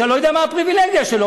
שאני לא יודע מה הפריבילגיה שלו,